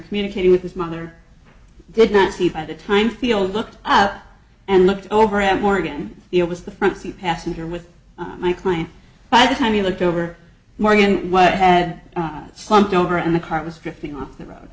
communicating with his mother did not see by the time field looked up and looked over at morgan it was the front seat passenger with my client by the time he looked over morgan what had slumped over in the car was drifting off the road